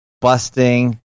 busting